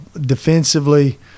defensively